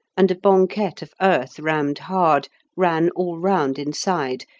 and a banquette of earth rammed hard ran all round inside,